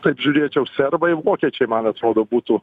taip žiūrėčiau serbai vokiečiai man atrodo būtų